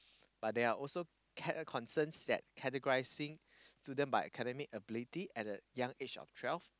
but there are also care concerns that categorising students by academic ability at a young age of twelve